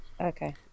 Okay